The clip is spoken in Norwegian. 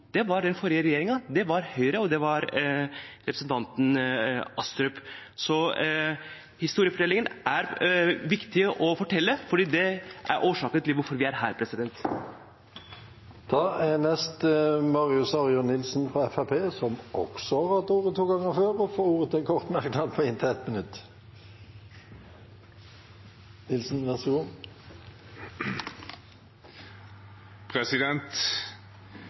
det var Høyre, det var den forrige regjeringen, og det var representanten Astrup. Så historien er viktig å fortelle, for det er årsaken til at vi er her. Representanten Marius Arion Nilsen har hatt ordet to ganger tidligere og får ordet til en kort merknad, begrenset til 1 minutt.